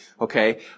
Okay